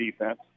defense